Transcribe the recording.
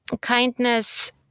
kindness